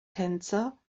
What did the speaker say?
tänzer